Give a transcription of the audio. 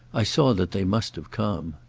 i saw that they must have come.